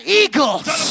eagles